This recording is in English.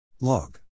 log